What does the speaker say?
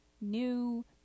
new